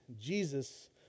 Jesus